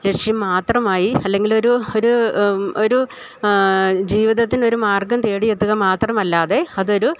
ലക്ഷ്യം മാത്രമായി അല്ലെങ്കിലൊരു ഒരു ഒരു ജീവിതത്തിനൊരു മാർഗ്ഗം തേടിയെത്തുക മാത്രമല്ലാതെ അതൊരു